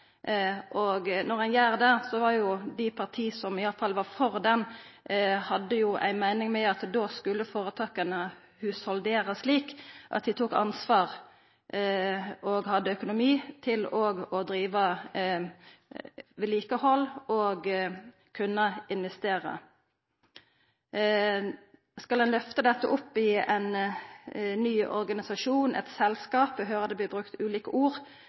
føretaksmodell. Når ein gjer det, har dei partia som i alle fall var for det, meint at då skulle føretaka hushaldera slik at dei tok ansvar og hadde økonomi til vedlikehald og til å kunna investera. Skal ein løfta dette opp i ein ny organisasjon, eit selskap – eg høyrer det vert brukt ulike ord